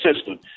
system